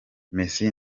messi